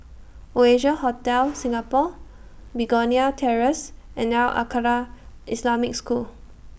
Oasia Hotel Singapore Begonia Terrace and Al Khairiah Islamic School